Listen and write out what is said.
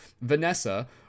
Vanessa